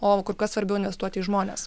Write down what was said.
o kur kas svarbiau investuoti į žmones